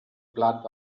plot